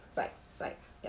like like ya